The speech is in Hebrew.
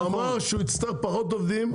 הוא ענה ואמר שהוא יצטרך פחות עובדים,